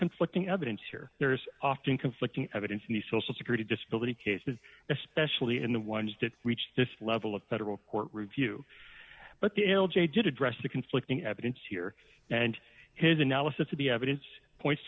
conflicting evidence here there's often conflicting evidence in the social security disability cases especially in the ones that reach this level of federal court review but the l j did address the conflicting evidence here and his analysis of the evidence points